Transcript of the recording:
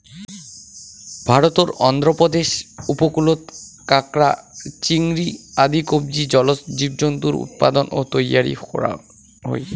ভারতর অন্ধ্রপ্রদেশ উপকূলত কাকড়া, চিংড়ি আদি কবচী জলজ জীবজন্তুর উৎপাদন ও তৈয়ারী করন হই